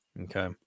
Okay